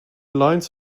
lines